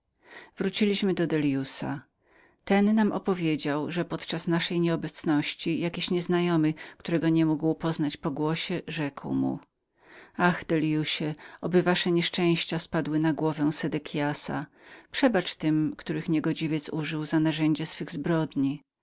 wróciliśmy do delliusa ten nam opowiedział że podczas naszej nieobecności jakiś nieznajomy którego niemógł poznać po głosie rzekł mu ach delliuszu oby wasze nieszczęścia spadły na głowę sedekiasa przebacz tym których niegodziwiec użył za narzędzia swej zbrodni